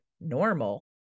normal